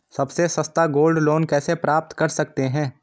सबसे सस्ता gold loan कैसे प्राप्त कर सकते हैं?